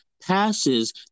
passes